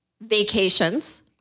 vacations